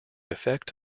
effect